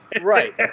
Right